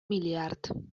миллиард